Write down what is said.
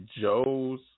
Joe's